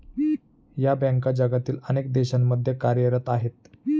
या बँका जगातील अनेक देशांमध्ये कार्यरत आहेत